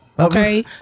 Okay